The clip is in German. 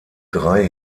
drei